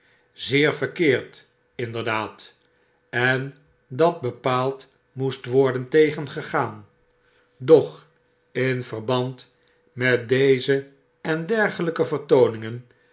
zeer verkeerd inderdaad en dat bepaaldmoestworden tegengegaan doch in verband met deze en dergelyke